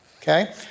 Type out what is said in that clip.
Okay